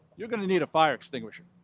you're going to need a fire extinguisher.